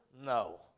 No